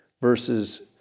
verses